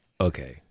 Okay